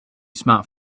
smart